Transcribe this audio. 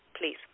please